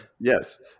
Yes